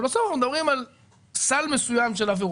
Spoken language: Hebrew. אבל בסוף מדברים על סל מסוים של עבירות.